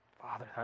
Father